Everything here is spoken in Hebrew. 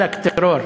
עלק טרור.